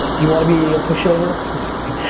you wanna be a pushover? i'm just kidding.